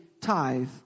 tithe